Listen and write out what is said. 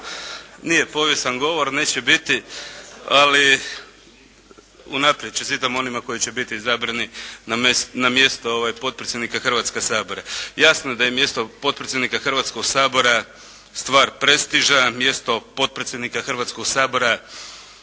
nije povijestan govor, neće biti, ali unaprijed čestitam onima koji će biti izabrani na mjesto potpredsjednika Hrvatskoga sabora. Jasno da je mjesto potpredsjednika Hrvatskoga sabora stvar prestiža, mjesto potpredsjednika Hrvatskoga sabora